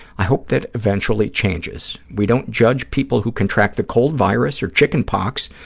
i hope that eventually changes. we don't judge people who contract the cold virus or chicken pox,